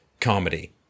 comedy